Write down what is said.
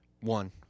one